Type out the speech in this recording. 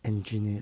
engineered